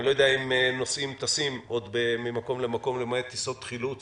אני לא יודע אם נוסעים טסים עוד ממקום למקום למעט טיסות חילוץ